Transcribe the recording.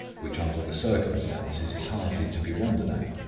which under the circumstances is hardly to be wondered at.